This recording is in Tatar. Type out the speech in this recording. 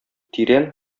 тирән